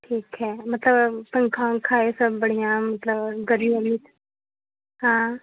ठीक है मतलब पंखा अंखा यह सब बढ़िया मतलब गर्मी वर्मी हाँ